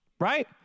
right